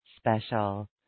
special